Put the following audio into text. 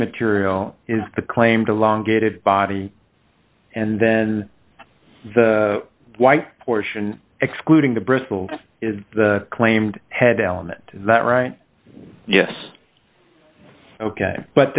material is the claimed along gaited body and then the white portion excluding the bristles is the claimed head element that right yes ok but